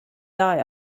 die